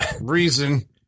reason